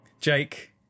Jake